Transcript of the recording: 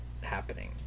happening